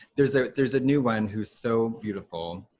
there's ah there's a new one who's so beautiful,